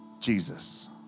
Jesus